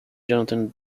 jonathan